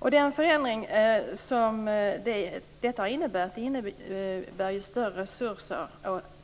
Den här förändringen innebär större resurser